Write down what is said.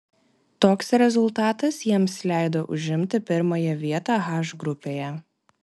toks rezultatas jiems leido užimti pirmąją vietą h grupėje